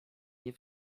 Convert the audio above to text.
nie